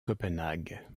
copenhague